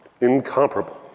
Incomparable